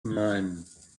nine